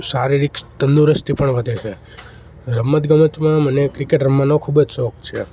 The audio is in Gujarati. શારીરિક તંદુરસ્તી પણ વધે છે રમત ગમતમાં મને ક્રિકેટ રમવાનો ખૂબ જ શોખ છે